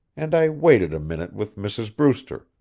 and i waited a minute with mrs. brewster,